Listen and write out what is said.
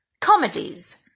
comedies